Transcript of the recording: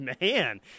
Man